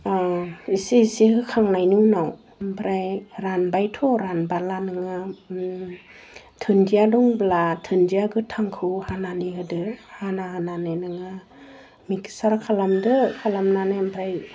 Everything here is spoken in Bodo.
एसे एसे होखाांनायनि उनाव आमफ्राय रानबायथ' रानबाला नोङो दुन्दिया दंब्ला दुन्दिया गोथांखौ हानानै होदो हाना होनानै नोङो मिक्सार खालामदो खालामनानै आमफ्राय